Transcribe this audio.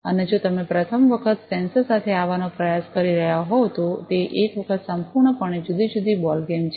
અને જો તમે પ્રથમ વખત સેન્સર સાથે આવવાનો પ્રયાસ કરી રહ્યા હોવ તો તે એક સંપૂર્ણપણે જુદી જુદી બોલ ગેમ છે